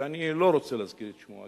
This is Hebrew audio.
שאני לא רוצה להזכיר את שמו,